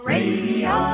Radio